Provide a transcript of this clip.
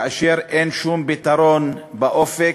אין לה שום פתרון באופק,